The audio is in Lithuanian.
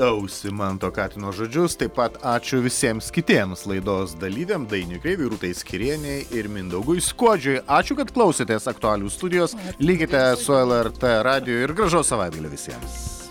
ausį manto katino žodžius taip pat ačiū visiems kitiems laidos dalyviam dainiui kreiviui rūtai skyrienei ir mindaugui skuodžiui ačiū kad klausėtės aktualijų studijos likite su lrt radiju ir gražaus savaitgalio visiems